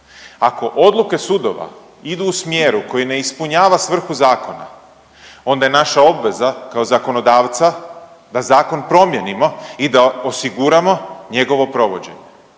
Ako odluke sudova idu u smjeru koji ne ispunjava svrhu zakona, onda je naša obveza kao zakonodavca da zakon promijenimo i da osiguramo njegovo provođenje,